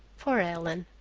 poor ellen!